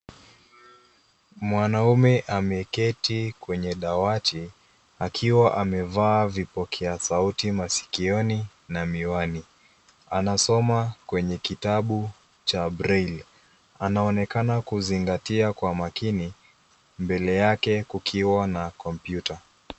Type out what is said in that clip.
Mwanaume ameketi kwenye dawati akiwa amevaa vipokea sauti, masikioni na miwani. Anasoma kwenye kitabu cha Braille . Anaonekana kuzingatia kwa makini mbele yake kukiwa na kompyuta.